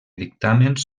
dictàmens